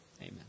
Amen